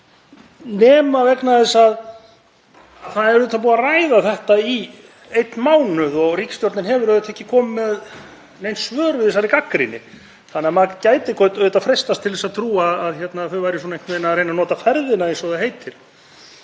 nema vegna þess að það er auðvitað búið að ræða þetta í einn mánuð og ríkisstjórnin hefur ekki komið með nein svör við þessari gagnrýni þannig að maður gæti auðvitað freistast til þess að trúa að þau væru einhvern veginn að reyna að nota ferðina eins og það heitir.